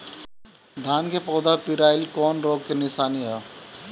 धान के पौधा पियराईल कौन रोग के निशानि ह?